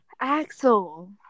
Axel